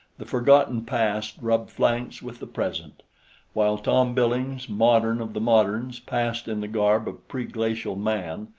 the forgotten past rubbed flanks with the present while tom billings, modern of the moderns, passed in the garb of pre-glacial man,